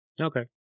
Okay